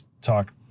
talk